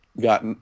got